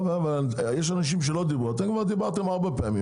יש אנשים שלא דיברו, אתם כבר דיברתם ארבע פעמים.